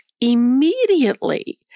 immediately